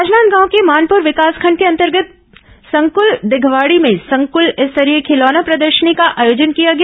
राजनांदगांव के मानपुर विकासखंड के अंतर्गत संकुल दिघवाड़ी में संकुल स्तरीय खिलौना प्रदर्शनी का आयोजन किया गया